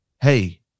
hey